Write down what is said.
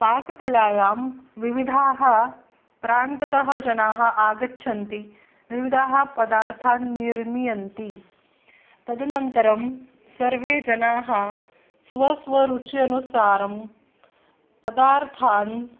पाककलायां विविधाः प्रान्ततः जनाः आगच्छन्ति विविधाः पदार्थान् निर्मीयन्ति तदनन्तरं सर्वे जनाः स्व स्व रुच्यनुसारं पदार्थान्